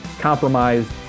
compromised